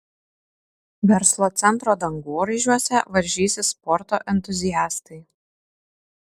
verslo centro dangoraižiuose varžysis sporto entuziastai